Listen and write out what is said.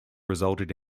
resulted